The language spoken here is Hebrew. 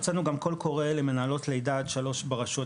הוצאנו גם קול קורא למנהלות לידה עד שלוש ברשויות